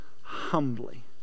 humbly